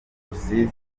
rusizi